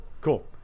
cool